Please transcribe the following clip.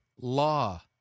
law